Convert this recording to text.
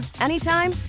anytime